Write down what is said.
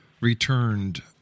returned